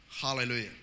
Hallelujah